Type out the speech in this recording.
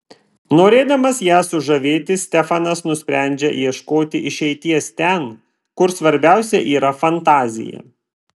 norėdamas ją sužavėti stefanas nusprendžia ieškoti išeities ten kur svarbiausia yra fantazija